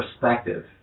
perspective